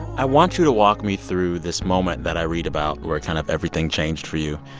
i want you to walk me through this moment that i read about where kind of everything changed for you.